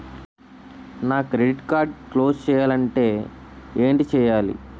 నా credit card close చేయాలంటే ఏంటి చేయాలి?